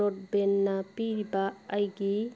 broad ꯕꯦꯟꯅ ꯄꯤꯔꯤꯕ ꯑꯩꯒꯤ